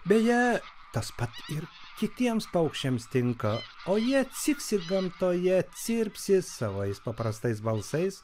beje tas pat ir kitiems paukščiams tinka o jie cipsi gamtoje cirpsi savais paprastais balsais